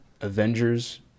Avengers